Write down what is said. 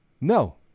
No